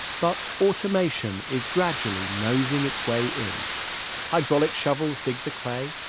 but automation is gradually nosing its way in hydraulic shovels dig the clay,